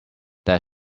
that